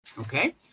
Okay